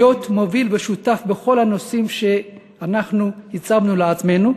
להיות מוביל ושותף בכל הנושאים שאנחנו הצבנו לעצמנו,